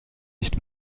nicht